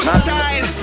style